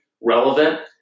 relevant